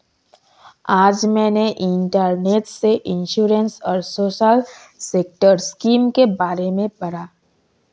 आज मैंने इंटरनेट से इंश्योरेंस और सोशल सेक्टर स्किम के बारे में पढ़ा